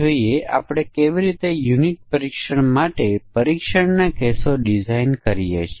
અહી આઉટપુટ જોઈને પણ ઑપરેશનના દૃશ્યો ઓળખી શકાય છે